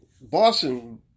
Boston